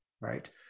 right